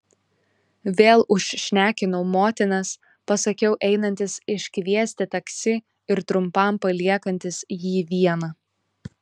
vėl užšnekinau motinas pasakiau einantis iškviesti taksi ir trumpam paliekantis jį vieną